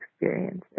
experiences